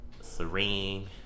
Serene